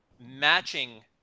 matching